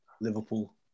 Liverpool